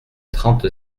trente